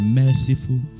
merciful